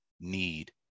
need